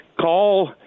call